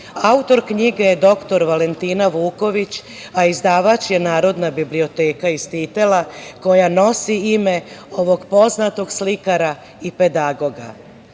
Autor knjige je doktor Valentina Vuković, a izdavač je Narodna biblioteka iz Titela koja nosi ime ovog poznatog slikara i pedagoga.